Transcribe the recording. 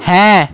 হ্যাঁ